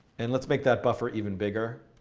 and let's make that buffer even bigger.